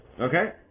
Okay